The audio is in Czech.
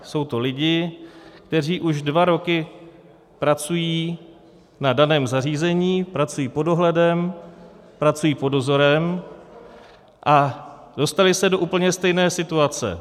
Jsou to lidi, kteří už dva roky pracují na daném zařízení, pracují pod dohledem, pracují pod dozorem a dostali se do úplně stejné situace.